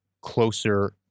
closer